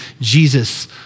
Jesus